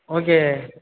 okay